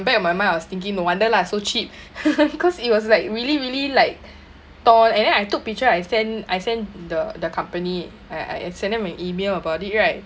back of my mind I was thinking no wonder lah so cheap cause it was like really really like tall and then I took picture I send I send the the company I I sent them an email about it right